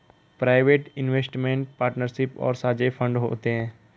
private investment partnership और साझे fund होते हैं